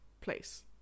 place